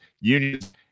unions